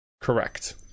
correct